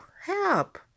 Help